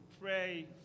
pray